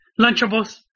lunchables